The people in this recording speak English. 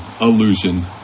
illusion